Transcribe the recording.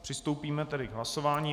Přistoupíme tedy k hlasování.